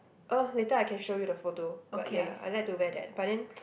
uh later I can show you the photo but ya I like to wear that but then